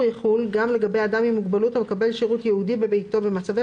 יחול גם לגבי אדם עם מוגבלות המקבל שירות ייעודי בביתו במצבי